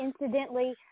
incidentally